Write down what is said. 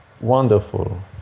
wonderful